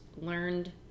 learned